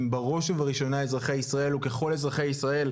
בראש ובראשונה אזרחי ישראל וככל אזרחי ישראל,